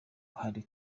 hari